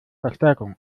verstärkung